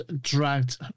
dragged